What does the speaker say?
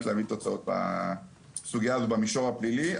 להביא תוצאות בסוגיה הזו במישור הפלילי,